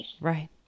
Right